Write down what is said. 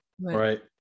right